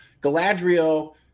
Galadriel